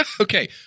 Okay